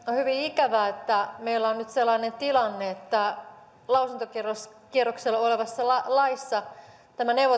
hyvin ikävää että meillä on nyt sellainen tilanne että lausuntokierroksella olevassa laissa tämä